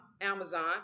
Amazon